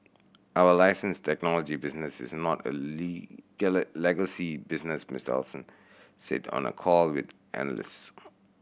our license technology business is not a legacy business Mister Ellison said on a call with analyst